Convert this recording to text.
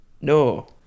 No